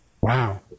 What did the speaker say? Wow